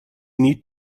need